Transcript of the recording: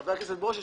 חבר הכנסת ברושי,